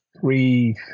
three